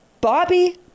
Bobby